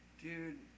Dude